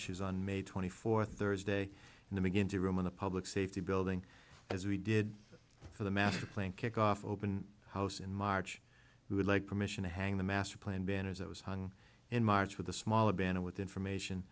issues on may twenty fourth thursday and to begin to remove the public safety building as we did for the master plan kick off open house in march we would like permission to hang the master plan banners it was hung in march with a smaller banner with information